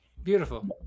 Beautiful